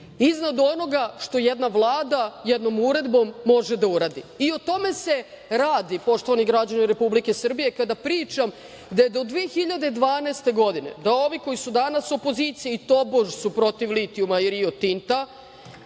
iznad što jedan Vlada jednom uredbom može da uradi. O tome se radi, poštovani građani Republike Srbije, kada pričam da je do 2012. godine da ovi koji su danas opozicija i tobož su protiv litijuma i Rio Tinta